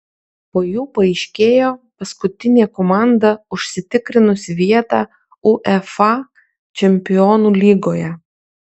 po jų paaiškėjo paskutinė komanda užsitikrinusi vietą uefa čempionų lygoje